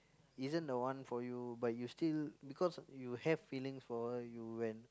isn't the one for you but you still because you have feelings for her you then